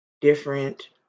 different